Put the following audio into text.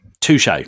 Touche